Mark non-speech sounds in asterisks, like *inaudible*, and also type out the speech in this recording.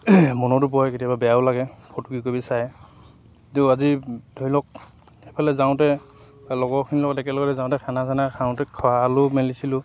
মনতো পৰে কেতিয়াবা বেয়াও লাগে ফটোকেইকপি চায় তেও আজি ধৰি লওক সেইফালে যাওঁতে বা লগৰখিনিৰ লগত একেলগে যাওঁতে খানা চানা খাওঁতে *unintelligible* মেলিছিলোঁ